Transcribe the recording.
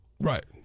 Right